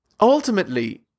ultimately